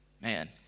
Man